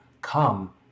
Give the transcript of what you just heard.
come